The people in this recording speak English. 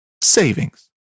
savings